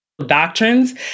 doctrines